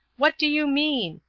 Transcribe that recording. what do you mean?